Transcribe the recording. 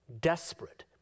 desperate